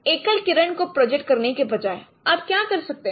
तो एकल किरण को प्रोजेक्ट करने के बजाय आप क्या कर सकते हैं